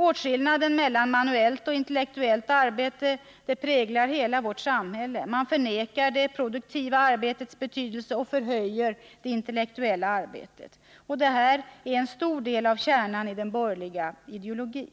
Åtskillnaden mellan manuellt och intellektuellt arbete präglar hela vårt samhälle. Man förnekar det produktiva arbetets betydelse och förhöjer det intellektuella arbetet. Detta är en stor del av kärnan i den borgerliga ideologin.